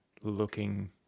looking